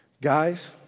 Guys